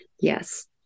Yes